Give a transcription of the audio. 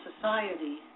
society